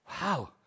Wow